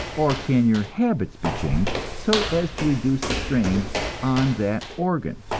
or can your habits be changed so as to reduce the strain on that organ?